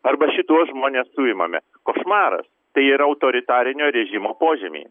arba šituos žmones suimame košmaras tai yra autoritarinio režimo požymiai